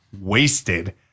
Wasted